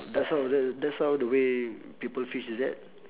that's how the that's how the way people fish is it